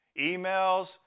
emails